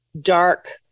dark